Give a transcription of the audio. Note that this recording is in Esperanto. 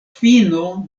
fino